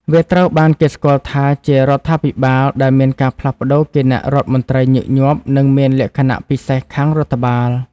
វាត្រូវបានគេស្គាល់ថាជារដ្ឋាភិបាលដែលមានការផ្លាស់ប្តូរគណៈរដ្ឋមន្ត្រីញឹកញាប់ និងមានលក្ខណៈពិសេសខាងរដ្ឋបាល។